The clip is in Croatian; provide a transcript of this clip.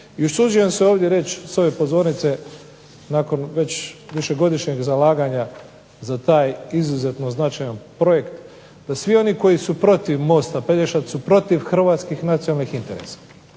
I usuđujem se ovdje reći sa ove pozornice nakon već višegodišnjeg zalaganja za taj izuzetno značajan projekt da svi oni koji su protiv mosta Pelješac su protiv hrvatskih nacionalnih interesa.